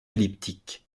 elliptiques